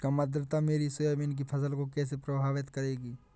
कम आर्द्रता मेरी सोयाबीन की फसल को कैसे प्रभावित करेगी?